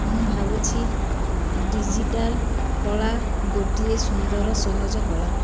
ମୁଁ ଭାବୁଛି ଡିଜିଟାଲ କଳା ଗୋଟିଏ ସୁନ୍ଦର ସହଜ କଳା